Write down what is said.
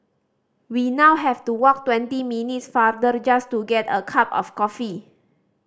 we now have to walk twenty minutes farther just to get a cup of coffee